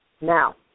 Now